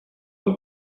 the